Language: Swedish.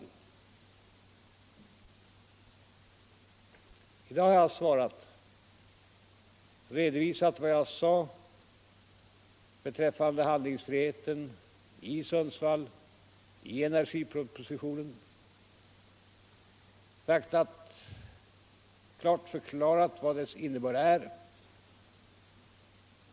På det har jag svarat. Jag har redovisat vad jag sade i Sundsvall och vad jag sagt i energipropositionen beträffande handlingsfriheten. Jag har klart förklarat vilken dess innebörd är.